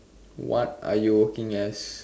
what are you working as